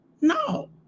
No